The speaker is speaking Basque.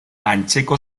antzeko